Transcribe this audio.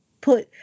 put